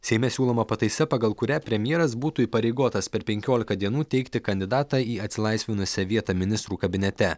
seime siūloma pataisa pagal kurią premjeras būtų įpareigotas per penkiolika dienų teikti kandidatą į atsilaisvinusią vietą ministrų kabinete